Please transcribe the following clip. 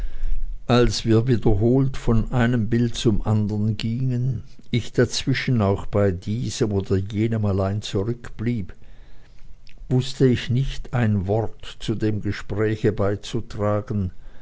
als wir wiederholt von einem bilde zum andern gingen ich dazwischen auch bei diesem oder jenem allein zurückblieb wußte ich nicht ein wort zu dem gespräche beizutragen